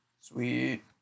Sweet